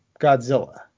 Godzilla